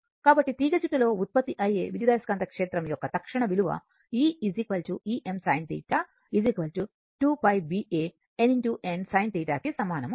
కాబట్టి తీగచుట్టలో ఉత్పత్తి అయ్యే విద్యుదయస్కాంత క్షేత్రం యొక్క తక్షణ విలువ e Em sin θ 2 π B A Nxn sin θ కి సమానం అవుతుంది